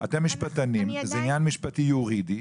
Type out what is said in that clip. אתם המשפטנים וזה עניין משפטי יורידי.